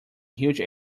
huge